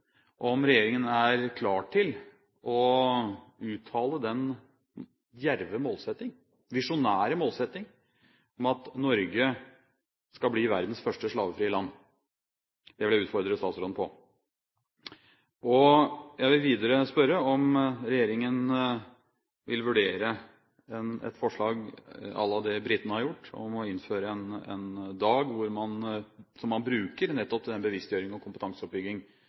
om regjeringen er klar til å uttale den djerve og visjonære målsetting om at Norge skal bli verdens første slavefrie land. Det vil jeg utfordre statsråden på. Jeg vil videre spørre om regjeringen vil vurdere et forslag à la britenes, å innføre en dag som man bruker nettopp til den bevisstgjøring og den kompetanseoppbygging